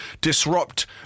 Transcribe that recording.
disrupt